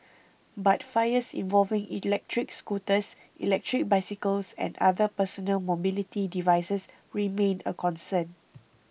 but fires involving electric scooters electric bicycles and other personal mobility devices remain a concern